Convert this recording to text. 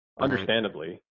understandably